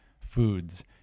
foods